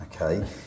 okay